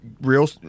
real